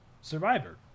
Survivor